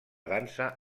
dansa